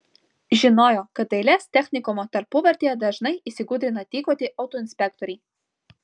žinojo kad dailės technikumo tarpuvartėje dažnai įsigudrina tykoti autoinspektoriai